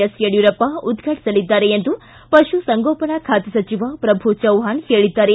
S Yediyurappa ಉದ್ಘಾಟಿಸಲಿದ್ದಾರೆ ಎಂದು ಪಶುಸಂಗೋಪನಾ ಖಾತೆ ಸಚಿವ ಪ್ರಭು ಚವ್ವಾಣ್ ಹೇಳಿದ್ದಾರೆ